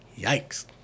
yikes